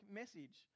message